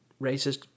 racist